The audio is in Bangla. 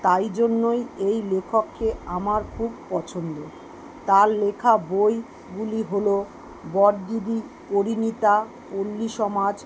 তাই জন্যই এই লেখককে আমার খুব পছন্দ তার লেখা বইগুলি হলো বড়দিদি পরিণীতা পল্লীসমাজ